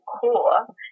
core